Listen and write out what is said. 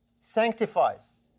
sanctifies